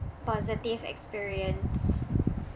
positive experience